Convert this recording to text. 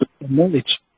Knowledge